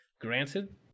Granted